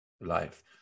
life